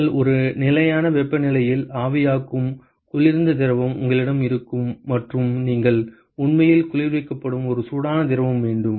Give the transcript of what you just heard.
நீங்கள் ஒரு நிலையான வெப்பநிலையில் ஆவியாக்கும் குளிர்ந்த திரவம் உங்களிடம் இருக்கும் மற்றும் நீங்கள் உண்மையில் குளிர்விக்கப்படும் ஒரு சூடான திரவம் வேண்டும்